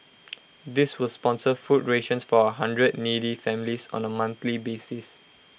this will sponsor food rations for A hundred needy families on A monthly basis